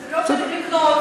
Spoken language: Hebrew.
אז לא צריך לקנות.